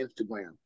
Instagram